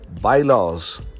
bylaws